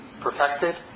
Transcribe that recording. perfected